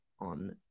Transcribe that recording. on